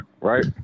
right